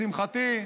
לשמחתי,